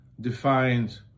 defined